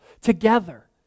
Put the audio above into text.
together